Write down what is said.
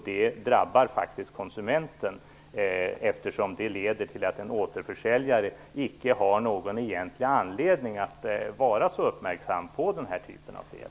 Detta drabbar faktiskt konsumenten, eftersom det leder till att en återförsäljare icke har någon egentlig anledning att vara så uppmärksam på den här typen av fel.